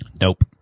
Nope